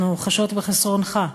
אנחנו חשות בחסרונך.